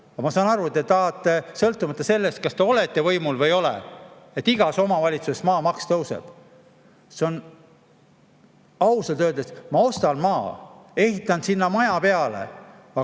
ma saan aru, et te tahate sõltumata sellest, kas te olete võimul või ei ole, et igas omavalitsuses maamaks tõuseb. Ausalt öeldes, ma ostan maa, ehitan sinna maja peale,